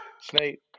snake